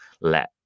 let